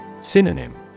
Synonym